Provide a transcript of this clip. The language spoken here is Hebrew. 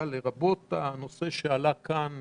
הנושא שעלה כאן